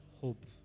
hope